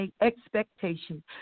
expectation